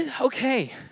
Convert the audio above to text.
okay